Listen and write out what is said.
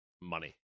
Money